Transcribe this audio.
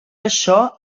això